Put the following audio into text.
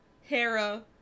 Hera